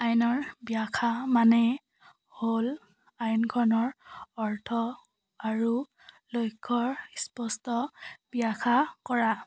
আইনৰ ব্যাখ্যা মানে হ'ল আইনখনৰ অৰ্থ আৰু লক্ষ্যৰ স্পষ্ট ব্যাখ্যা কৰা